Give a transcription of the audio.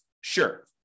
Sure